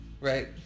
Right